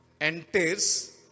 enters